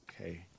Okay